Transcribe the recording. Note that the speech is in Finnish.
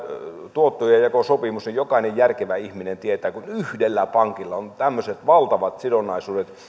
tuottojenjakosopimus eli jokainen järkevä ihminen tietää että kun yhdellä pankilla on tämmöiset valtavat sidonnaisuudet